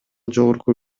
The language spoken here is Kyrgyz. жогорку